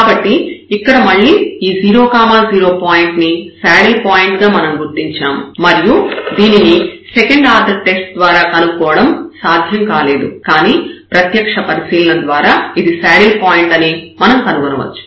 కాబట్టి ఇక్కడ మళ్ళీ ఈ 0 0 పాయింట్ ను శాడిల్ పాయింట్ గా మనం గుర్తించాము మరియు దీనిని సెకండ్ ఆర్డర్ టెస్ట్ ద్వారా కనుక్కోవడం సాధ్యం కాలేదు కానీ ప్రత్యక్ష పరిశీలన ద్వారా ఇది శాడిల్ పాయింట్ అని మనం కనుగొనవచ్చు